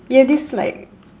yeah this like